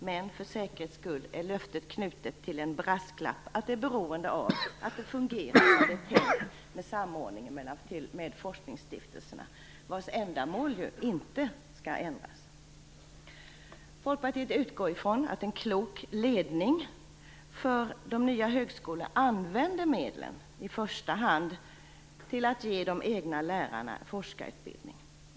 Men för säkerhets skull är löftet knutet till en brasklapp att det är beroende av att det fungerar med samordningen med forskningsstiftelserna, vilkas ändamål ju inte skall ändras. Folkpartiet utgår ifrån att en klok ledning för de nya högskolorna använder medlen till att i första hand ge de egna lärarna forskarutbildning.